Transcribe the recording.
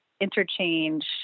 interchange